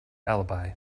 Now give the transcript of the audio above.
alibi